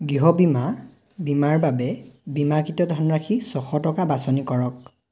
গৃহ বীমা বীমাৰ বাবে বীমাকৃত ধনৰাশি ছশ টকা বাচনি কৰক